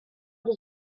does